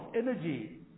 energy